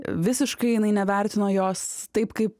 visiškai jinai nevertino jos taip kaip